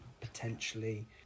potentially